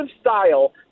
style